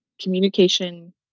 Communication